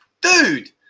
dude